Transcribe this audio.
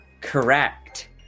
correct